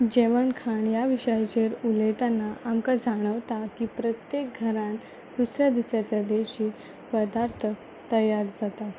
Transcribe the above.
जेवण खाण ह्या विशयाचेर उलयतना आमकां जाणवता की प्रत्येक घरान दुसऱ्या दुसऱ्या तरेची पदार्थ तयार जाता